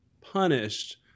punished